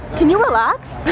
can you relax?